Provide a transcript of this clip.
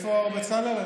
איפה בצלאל?